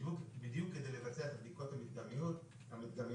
בדיוק כדי לבצע את הבדיקות המדגמיות האלה,